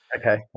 Okay